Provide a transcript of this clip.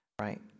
Right